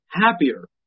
happier